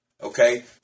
Okay